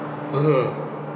(uh huh)